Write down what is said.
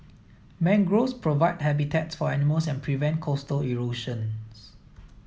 mangroves provide habitats for animals and prevent coastal erosions